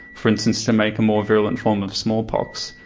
for instance to make a more virulent form of smallpox.